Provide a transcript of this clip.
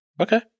Okay